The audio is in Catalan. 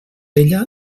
ella